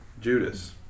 Judas